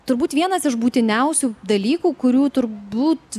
turbūt vienas iš būtiniausių dalykų kurių turbūt